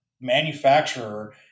manufacturer